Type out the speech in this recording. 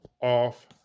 off